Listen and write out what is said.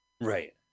Right